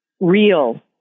real